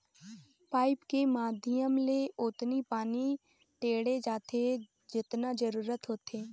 pipe के माधियम ले ओतनी पानी टेंड़े जाथे जतना जरूरत होथे